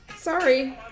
Sorry